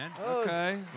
Okay